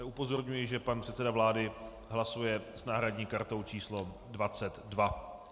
Upozorňuji, že pan předseda vlády hlasuje s náhradní kartou číslo 22.